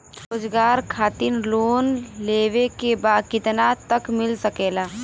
रोजगार खातिर लोन लेवेके बा कितना तक मिल सकेला?